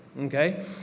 okay